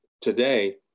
today